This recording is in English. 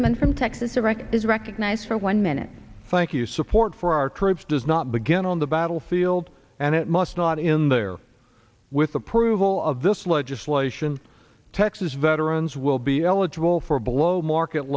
record is recognized for one minute thank you support for our troops does not begin on the battlefield and it must not in there with approval of this legislation texas veterans will be eligible for below market